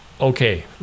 okay